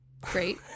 Great